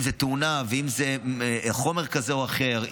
אם זו תאונה ואם זה חומר כזה או אחר,